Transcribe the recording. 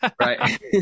Right